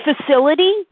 facility